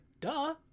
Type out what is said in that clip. duh